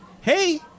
hey